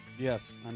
Yes